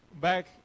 back